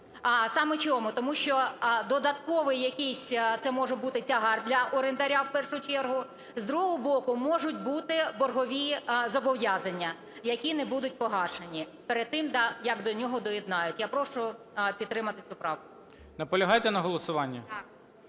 Саме чому? Тому що додатковий якийсь це може бути тягар для орендаря в першу чергу. З другого боку, можуть бути боргові зобов'язання, які не будуть погашені перед тим, як до нього доєднають. Я прошу підтримати цю правку. ГОЛОВУЮЧИЙ. Наполягаєте на голосуванні? ГРИБ